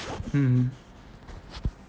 mm